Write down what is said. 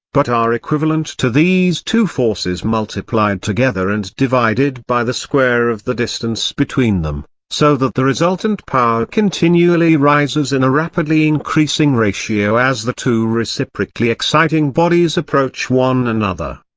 but are equivalent to these two forces multiplied together and divided by the square of the distance between them, so that the resultant power continually rises in a rapidly-increasing ratio as the two reciprocally exciting bodies approach one another.